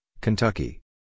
Kentucky